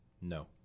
No